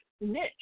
niche